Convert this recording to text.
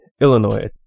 illinois